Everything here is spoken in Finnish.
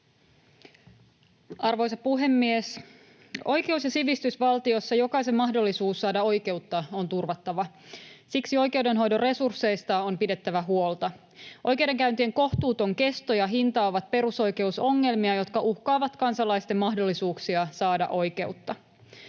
Arvoisa puhemies! Oikeus‑ ja sivistysvaltiossa jokaisen mahdollisuus saada oikeutta on turvattava. Siksi oikeudenhoidon resursseista on pidettävä huolta. Oikeudenkäyntien kohtuuton kesto ja hinta ovat perusoikeusongelmia, jotka uhkaavat kansalaisten mahdollisuuksia saada oikeutta.